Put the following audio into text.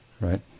right